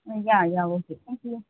ம் yeah yeah okay thank you